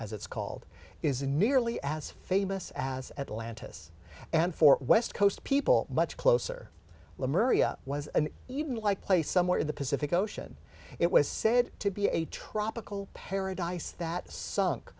as it's called is nearly as famous as atlantis and for west coast people much closer look maria was an even like place somewhere in the pacific ocean it was said to be a tropical paradise that sunk